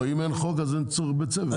לא, אם אין חוק אז אין צורך בצוות.